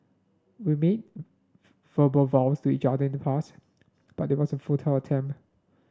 we made verbal vows to each other in the past but it was a futile attempt